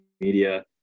media